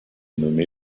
nommé